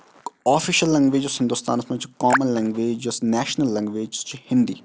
official language یۄس ہِندوستانَس منٛز چھِ کامَن لینگویج یۄس نیشنل لینگویج سۄ چھ ہِندی